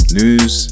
news